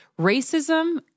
racism